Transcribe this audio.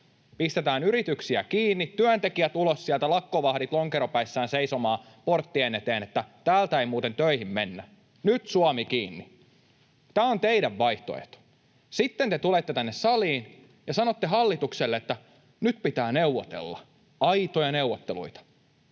pistetään yrityksiä kiinni, työntekijät ulos sieltä, lakkovahdit lonkeropäissään seisomaan porttien eteen niin, että täältä ei muuten töihin mennä, nyt Suomi kiinni. [Saku Nikkanen ja Lauri Lyly pyytävät vastauspuheenvuoroa] Tämä on teidän vaihtoehtonne. Sitten te tulette tänne saliin ja sanotte hallitukselle, että nyt pitää neuvotella, aitoja neuvotteluita.